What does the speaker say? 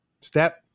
step